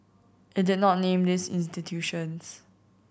it did not name these institutions